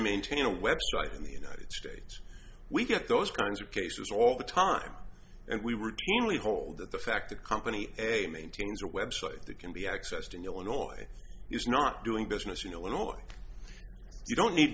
maintain a website in the united states we get those kinds of cases all the time and we retain lee hold that the fact a company a maintains a website that can be accessed in illinois he's not doing business in illinois you don't need